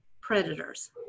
Predators